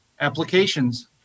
applications